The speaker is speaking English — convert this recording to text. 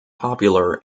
popular